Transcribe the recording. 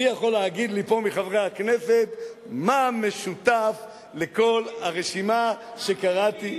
מי יכול להגיד לי פה מחברי הכנסת מה משותף לכל הרשימה שקראתי?